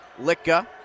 Licka